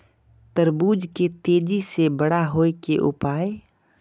तरबूज के तेजी से बड़ा होय के उपाय?